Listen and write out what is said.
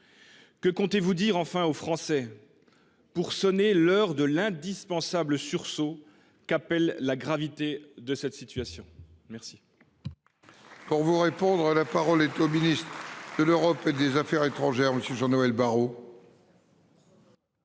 Que comptez vous dire aux Français pour sonner l’heure de l’indispensable sursaut qu’appelle la gravité de la situation ? La